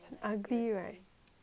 I do so red eh